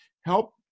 help